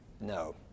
No